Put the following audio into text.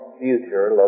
future